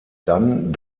dann